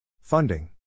Funding